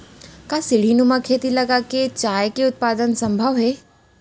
का सीढ़ीनुमा खेती लगा के चाय के उत्पादन सम्भव हे?